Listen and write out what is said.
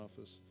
office